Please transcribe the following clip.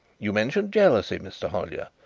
you mentioned jealousy, mr. hollyer.